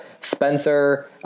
Spencer